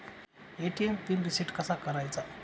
ATM pin reset कसा करायचा?